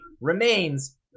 remains